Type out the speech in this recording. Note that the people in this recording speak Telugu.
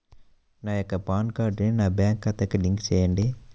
నా యొక్క పాన్ కార్డ్ని నా బ్యాంక్ ఖాతాకి లింక్ చెయ్యండి?